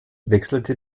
wechselte